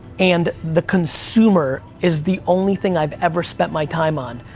and the consumer is the only thing i've ever spent my time on.